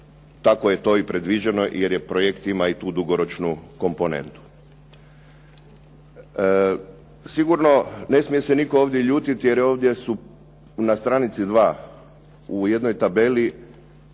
tako je to i predviđeno jer projekt tu ima i dugoročnu komponentu. Sigurno ne smije se nitko ovdje ljutiti jer ovdje su na stranici dva u jednoj tabeli